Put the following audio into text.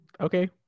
okay